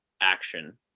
action